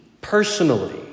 personally